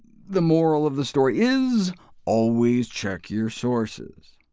the moral of the story is always check your sources.